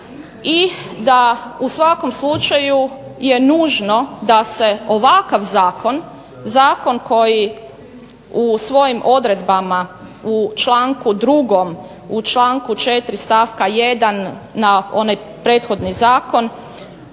i da u svakom slučaju je nužno da se ovakav zakon, zakon koji u svojim odredbama u članku 2., u članku 4. stavak 1. na onaj prethodni zakon